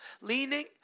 leaning